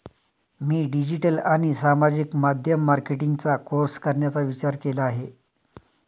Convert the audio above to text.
मी digital आणि सामाजिक माध्यम मार्केटिंगचा कोर्स करण्याचा विचार केला आहे